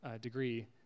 degree